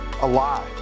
alive